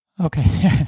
Okay